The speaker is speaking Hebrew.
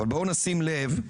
אבל בואו נשים לב,